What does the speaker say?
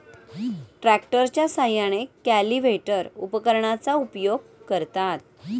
ट्रॅक्टरच्या साहाय्याने कल्टिव्हेटर उपकरणाचा उपयोग करतात